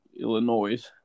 Illinois